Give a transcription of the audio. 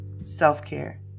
self-care